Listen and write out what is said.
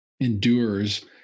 endures